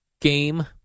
game